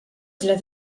źle